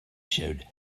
showed